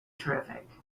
terrific